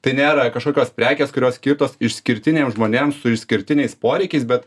tai nėra kažkokios prekės kurios skirtos išskirtiniams žmonėms su išskirtiniais poreikiais bet